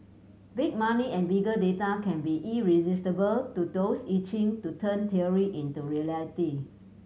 big money and bigger data can be irresistible to those itching to turn theory into reality